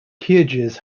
kyrgyz